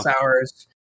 hours